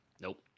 Nope